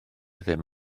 ddim